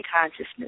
consciousness